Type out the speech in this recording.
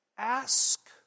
Ask